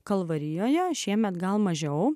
kalvarijoje šiemet gal mažiau